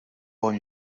bon